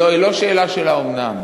האומנם?